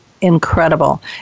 incredible